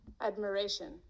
Admiration